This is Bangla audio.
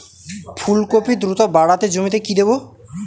ফুলকপি দ্রুত বাড়াতে জমিতে কি দেবো?